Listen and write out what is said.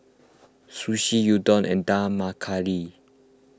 Sushi Udon and Dal Makhani